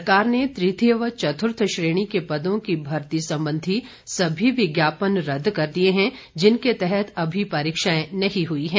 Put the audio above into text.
सरकार ने ततीय व चतुर्थ श्रेणी के पदों की भर्ती संबंध सभी विभापन रदद कर दिए हैं जिनके तहत अभी परीक्षाएं नहीं हुई हैं